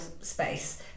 space